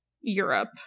Europe